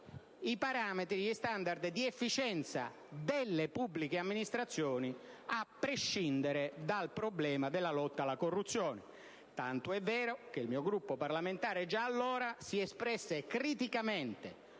i parametri e gli *standard* di efficienza delle pubbliche amministrazioni, a prescindere dal problema della lotta alla corruzione. Il mio Gruppo parlamentare già allora si espresse criticamente